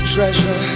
Treasure